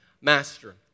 master